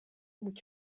moet